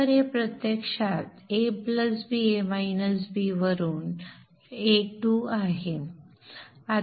तर हे प्रत्यक्षात ab वरून a2 आहे